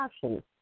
passion